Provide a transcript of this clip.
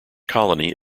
colony